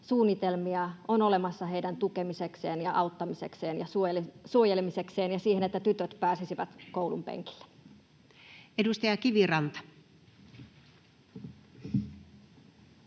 on olemassa heidän tukemisekseen ja auttamisekseen ja suojelemisekseen ja siihen, että tytöt pääsisivät koulunpenkille? [Speech 27]